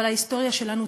אבל ההיסטוריה שלנו,